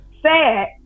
Sad